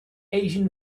asian